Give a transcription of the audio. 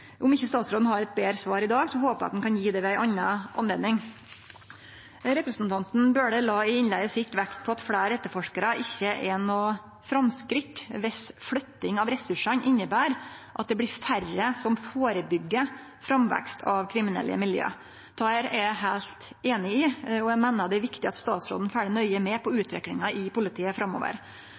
Om ikkje statsråden har eit betre svar i dag, håpar eg at han kan gje det ved ei anna anledning. Representanten Bøhler la i innlegget sitt vekt på at fleire etterforskarar ikkje er noko framskritt dersom flytting av ressursane inneber at det blir færre som førebyggjer framvekst av kriminelle miljø. Det er eg heilt einig i, og eg meiner det er viktig at statsråden følgjer nøye med på utviklinga i politiet framover.